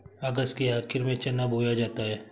अगस्त के आखिर में चना बोया जाता है